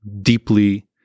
deeply